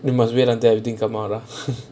you must wait until everything come out ah